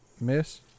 miss